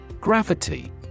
Gravity